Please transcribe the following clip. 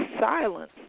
Silence